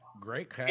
Great